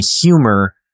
humor